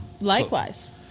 likewise